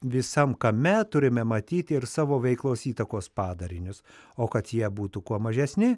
visam kame turime matyti ir savo veiklos įtakos padarinius o kad jie būtų kuo mažesni